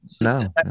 No